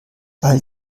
all